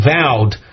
vowed